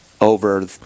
over